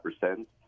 percent